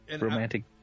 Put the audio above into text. romantic